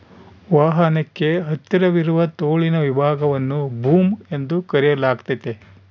ವಾಹನಕ್ಕೆ ಹತ್ತಿರವಿರುವ ತೋಳಿನ ವಿಭಾಗವನ್ನು ಬೂಮ್ ಎಂದು ಕರೆಯಲಾಗ್ತತೆ